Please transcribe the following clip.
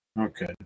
Okay